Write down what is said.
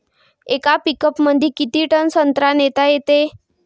येका पिकअपमंदी किती टन संत्रा नेता येते?